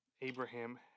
Abraham